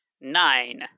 Nine